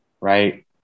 right